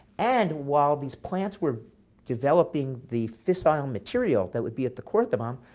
and while these plants were developing the fissile material that would be at the core of the bomb,